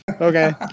Okay